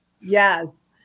Yes